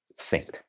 synced